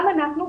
גם אנחנו,